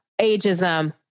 ageism